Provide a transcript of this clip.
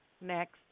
Next